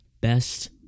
best